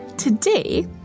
Today